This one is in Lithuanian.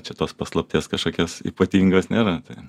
čia tos paslapties kažkokios ypatingos nėra tai